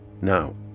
Now